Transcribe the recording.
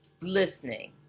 listening